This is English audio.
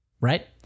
Right